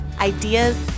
ideas